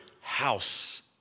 house